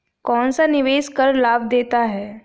कौनसा निवेश कर लाभ देता है?